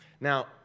Now